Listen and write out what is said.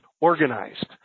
organized